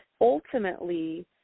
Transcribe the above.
ultimately